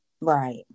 right